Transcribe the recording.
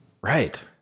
right